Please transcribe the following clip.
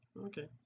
okay